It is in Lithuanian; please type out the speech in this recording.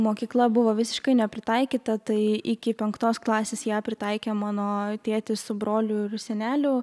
mokykla buvo visiškai nepritaikyta tai iki penktos klasės ją pritaikė mano tėtis su broliu ir seneliu